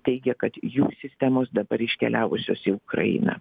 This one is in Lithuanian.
teigia kad jų sistemos dabar iškeliavusios į ukrainą